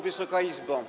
Wysoka Izbo!